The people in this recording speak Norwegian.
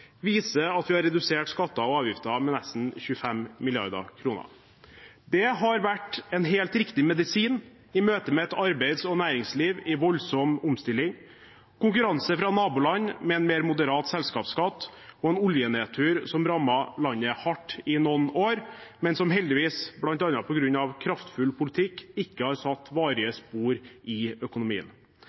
viser at vi har redusert skatter og avgifter med nesten 25 mrd. kr. Det har vært en helt riktig medisin i møte med et arbeids- og næringsliv i voldsom omstilling, konkurranse fra naboland med en mer moderat selskapsskatt og en oljenedtur som rammet landet hardt i noen år, men som heldigvis, bl.a. på grunn av kraftfull politikk, ikke har satt varige spor i økonomien.